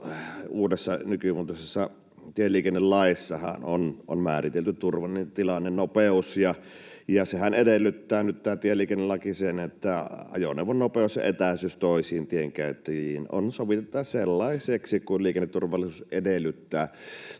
uudessa, nykymuotoisessa tieliikennelaissahan on määritelty turvallinen tilannenopeus, ja tämä tieliikennelakihan edellyttää nyt sitä, että ajoneuvon nopeus ja etäisyys toisiin tienkäyttäjiin on sovitettava sellaiseksi kuin liikenneturvallisuus edellyttää.